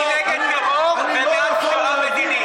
ובעד פשרה מדינית.